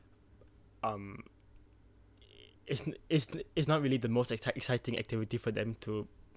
um is is is not really the most excite exciting activity for them to